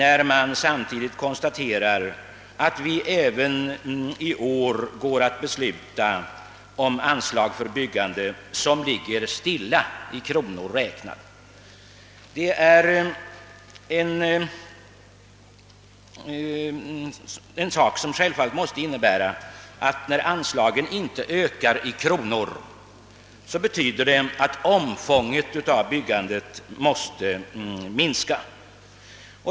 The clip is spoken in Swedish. Även i år går vi alltså att besluta om anslag för byggande som är oförändrade i kronor räknat. Det måste självfallet innebära att omfånget av byggandet måste minska.